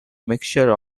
mixture